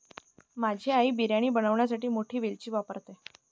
माझी आई बिर्याणी बनवण्यासाठी मोठी वेलची वापरते